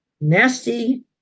nasty